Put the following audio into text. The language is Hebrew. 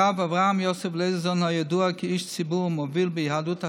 הרב אברהם יוסף לייזרזון היה ידוע כאיש ציבור מוביל ביהדות החרדית,